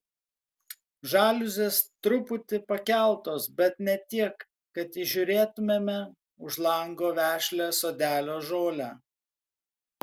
žaliuzės truputį pakeltos bet ne tiek kad įžiūrėtumėme už lango vešlią sodelio žolę